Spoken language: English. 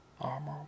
armor